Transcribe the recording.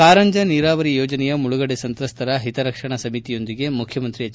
ಕಾರಂಜಾ ನೀರಾವರಿ ಯೋಜನೆಯ ಮುಳುಗಡೆ ಸಂತ್ರಸ್ತರ ಹಿತರಕ್ಷಣಾ ಸಮಿತಿಯೊಂದಿಗೆ ಮುಖ್ಚಮಂತ್ರಿ ಎಚ್